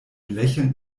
lächeln